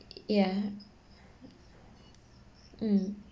yeah mm